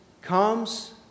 comes